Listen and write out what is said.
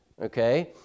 okay